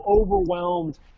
overwhelmed